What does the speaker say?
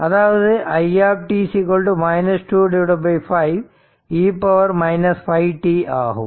அதாவது i t 2 5 e 5t ஆகும்